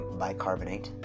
bicarbonate